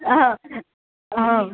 हो हो